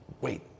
Wait